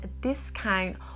discount